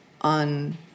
on